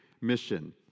mission